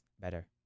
better